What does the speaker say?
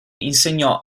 insegnò